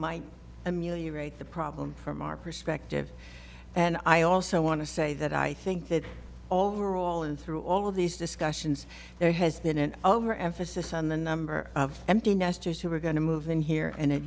might amulya rate the problem from our perspective and i also want to say that i think that overall in through all of these discussions there has been an over emphasis on the number of empty nesters who are going to move in here and it